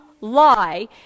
lie